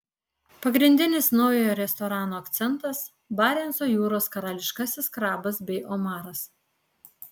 pagrindinis naujojo restorano akcentas barenco jūros karališkasis krabas bei omaras